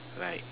like